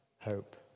hope